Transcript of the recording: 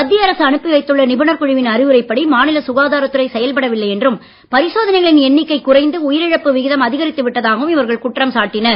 மத்திய அரசு அனுப்பி வைத்துள்ள நிபுணர் குழுவின் அறிவுரைப் படி மாநில சுகாதாரத் துறை செயல்படவில்லை என்றும் பரிசோதனைகளின் எண்ணிக்கை குறைந்து உயிரிழப்பு விகிதம் அதிகரித்து விட்டதாகவும் இவர்கள் குற்றம் சாட்டினர்